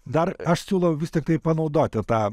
dar aš siūlau vis tiktai panaudoti tą